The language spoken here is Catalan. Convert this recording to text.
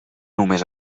només